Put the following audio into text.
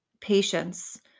patience